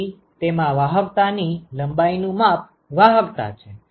તેથી તેમાં વાહકતા ની લંબાઈ નું માપ વાહકતા છે